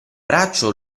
braccia